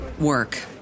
work